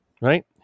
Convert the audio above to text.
right